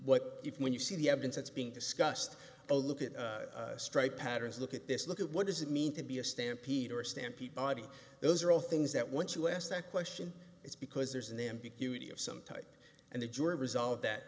what if when you see the evidence that's being discussed a look at strike patterns look at this look at what does it mean to be a stampede or stampede body those are all things that once you asked that question it's because there's an ambiguity of some type and the jury resolve that